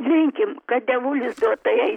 linkim kad devulis duotų jai